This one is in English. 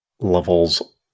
Levels